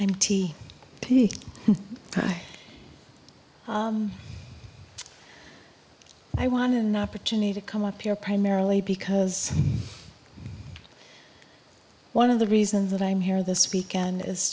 i'm t p i want an opportunity to come up here primarily because one of the reasons that i'm here this weekend is